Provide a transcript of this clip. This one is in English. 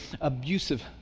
abusive